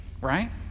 right